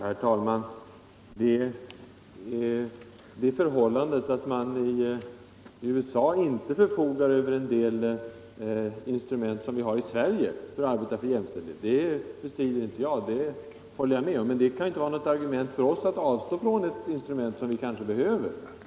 Herr talman! Jag håller med om att man i USA saknar en del medel som vi har i Sverige när det gäller att arbeta för jämställdhet. Men det kan inte vara något argument för att vi skall avstå från ett redskap som vi kanske behöver.